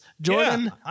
Jordan